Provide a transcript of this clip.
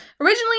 Originally